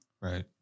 Right